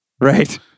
Right